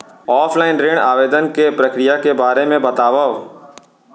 Offline ऋण आवेदन के प्रक्रिया के बारे म बतावव?